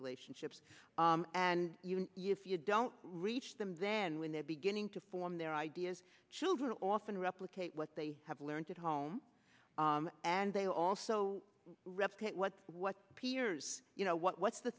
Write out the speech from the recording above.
relationships and even years you don't reach them then when they're beginning to form their ideas children often replicate what they have learnt at home and they also replicate what what piers you know what's the